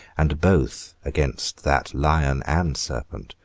and both against that lion and serpent,